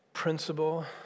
principle